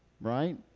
right